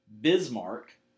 Bismarck